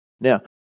Now